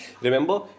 Remember